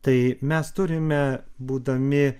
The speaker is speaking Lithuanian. tai mes turime būdami